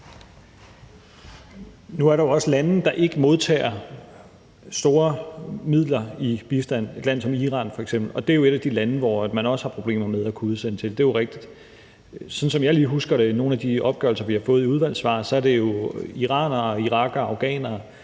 Nu er der jo også lande, der ikke modtager store midler i bistand, f.eks. et land som Iran, og det er jo et af de lande, som man også har problemer med at kunne udsende til – det er jo rigtigt. Sådan som jeg lige husker det fra nogle af de opgørelser, vi har fået i udvalgssvar, så er det jo iranere, irakere, afghanere,